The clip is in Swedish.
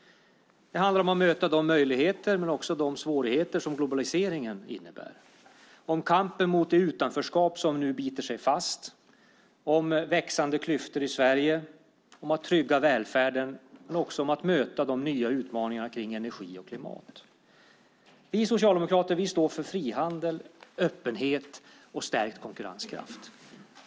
Det handlar om att möta de möjligheter men också de svårigheter som globaliseringen innebär. Det handlar om kampen mot det utanförskap som nu biter sig fast och om växande klyftor i Sverige. Det handlar om att trygga välfärden men också om att möta de nya utmaningarna kring energi och klimat. Vi socialdemokrater står för frihandel, öppenhet och stärkt konkurrenskraft.